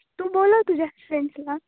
तू बोलव तुझ्या फ्रेंट्सला